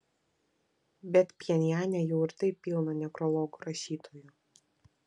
bet pchenjane jau ir taip pilna nekrologų rašytojų